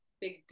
big